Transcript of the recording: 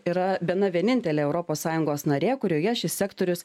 yra bene vienintelė europos sąjungos narė kurioje šis sektorius